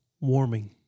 warming